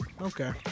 Okay